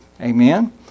Amen